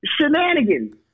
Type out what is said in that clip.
shenanigans